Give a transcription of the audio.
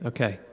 Okay